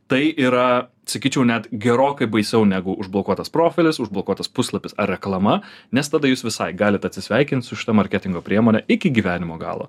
tai yra sakyčiau net gerokai baisiau negu užblokuotas profilis užblokuotas puslapis ar reklama nes tada jūs visai galite atsisveikint su šita marketingo priemone iki gyvenimo galo